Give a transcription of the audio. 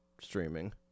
streaming